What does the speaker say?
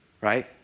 right